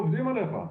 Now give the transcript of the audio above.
עובדים עליך,